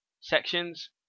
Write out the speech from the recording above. sections